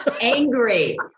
angry